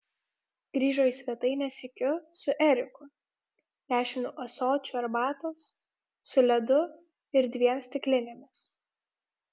grįžo į svetainę sykiu su eriku nešinu ąsočiu arbatos su ledu ir dviem stiklinėmis